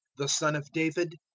the son of david,